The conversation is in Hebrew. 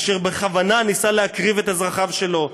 אשר בכוונה ניסה להקריב את אזרחיו שלו.